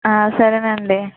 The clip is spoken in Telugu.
సరేనండి